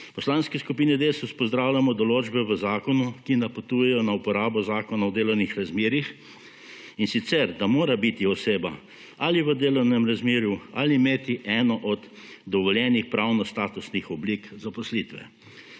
Poslanski skupini Desus pozdravljamo določbe v zakonu, ki napotujejo na uporabo Zakona o delovnih razmerjih, in sicer, da mora biti oseba ali v delovnem razmerju ali imeti eno od dovoljenih pravno statusnih oblik zaposlitve.